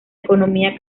economía